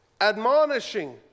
admonishing